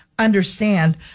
understand